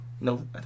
No